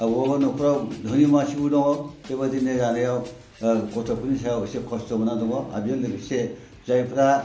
अबेबा अबेबा न'खराव धोनि मानसिबो दङ बेबायदिनो गथ'फोरनि सायाव एसे खस्थ' मोनना दङ आरो बेजों लोगोसे जायफ्रा